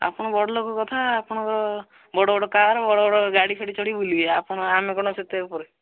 ଆପଣ ବଡ଼ ଲୋକ କଥା ଆପଣଙ୍କ ବଡ଼ ବଡ଼ କାର ବଡ଼ ବଡ଼ ଗାଡ଼ି ଫାଡ଼ି ଚଢ଼ିକି ବୁଲିବେ ଆପଣ ଆମେ କ'ଣ ସେତେ ଉପରେ